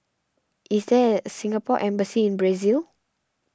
is there at Singapore Embassy in Brazil